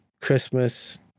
Christmas